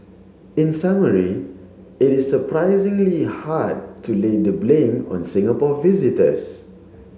in summary it is surprisingly hard to lay the blame on Singapore visitors